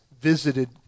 visited